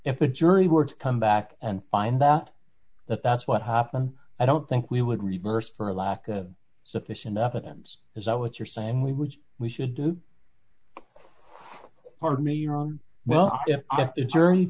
if the jury were to come back and find that that that's what happened i don't think we would reverse for lack of sufficient evidence is that what you're saying we would we should do pardon me wrong well if it's